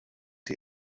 die